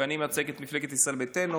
ואני מייצג את מפלגת ישראל ביתנו,